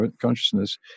consciousness